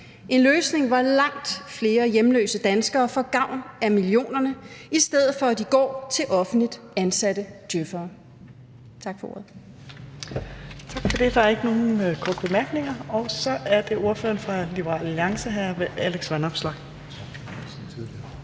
en løsning, hvor langt flere hjemløse danskere får gavn af millionerne, i stedet for at de går til offentligt ansatte djøf'ere.